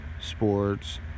sports